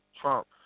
Trump